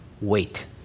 Wait